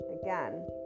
again